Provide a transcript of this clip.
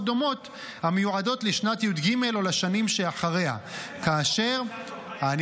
דומות המיועדות לשנת י"ג או לשנים שאחריה -- יש דוגמה?